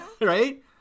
right